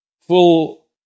full